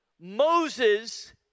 Moses